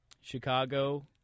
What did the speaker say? Chicago